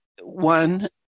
one